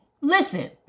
listen